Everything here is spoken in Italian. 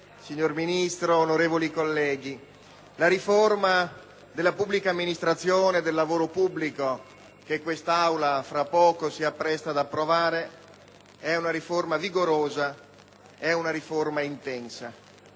signor Ministro, onorevoli colleghi, la riforma della pubblica amministrazione e del lavoro pubblico, che quest'Assemblea si appresta ad approvare, è una riforma vigorosa e intensa.